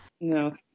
No